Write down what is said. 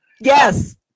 Yes